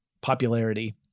popularity